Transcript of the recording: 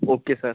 okay sir